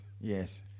yes